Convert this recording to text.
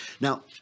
Now